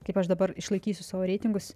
kaip aš dabar išlaikysiu savo reitingus